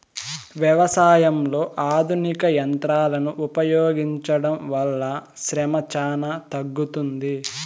వ్యవసాయంలో ఆధునిక యంత్రాలను ఉపయోగించడం వల్ల శ్రమ చానా తగ్గుతుంది